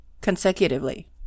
consecutively